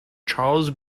charles